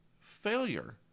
failure